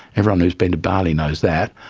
everyone who's been to bali knows that,